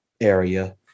area